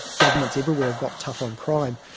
governments everywhere have got tougher on crime,